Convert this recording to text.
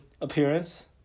appearance